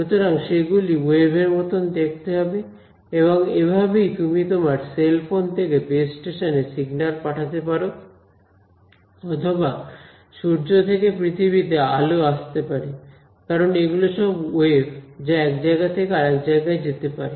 সুতরাং সেগুলি ওয়েভের মত দেখতে হবে এবং এভাবেই তুমি তোমার সেল ফোন থেকে বেস্ স্টেশনে সিগন্যাল পাঠাতে পারো অথবা সূর্য থেকে পৃথিবীতে আলো আসতে পারে কারণ এগুলো সব ওয়েভ যা এক জায়গা থেকে আরেক জায়গায় যেতে পারে